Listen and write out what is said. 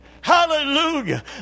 Hallelujah